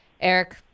Eric